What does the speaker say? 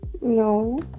no